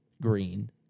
Green